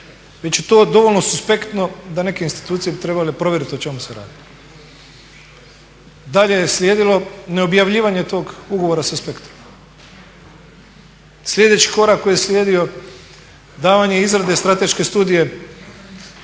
Već je to dovoljno suspektno da neke institucije bi trebale provjeriti o čemu se radi. Dalje je slijedilo neobjavljivanje tog ugovora sa Spektrom. Sljedeći korak koji je slijedio davanje izrade strateške studije